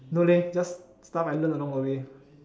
no leh just like stuff I learn along the way